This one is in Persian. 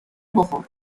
بخور